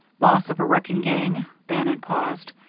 boss of a wrecking gang. bannon paused.